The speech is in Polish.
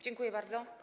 Dziękuję bardzo.